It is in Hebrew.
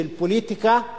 של פוליטיקה,